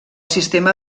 sistema